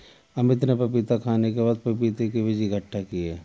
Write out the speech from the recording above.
अमित ने पपीता खाने के बाद पपीता के बीज इकट्ठा किए